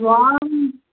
द्वाम्